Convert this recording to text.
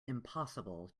impossible